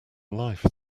life